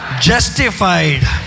justified